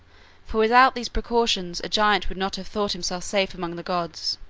for without these precautions a giant would not have thought himself safe among the gods,